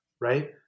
right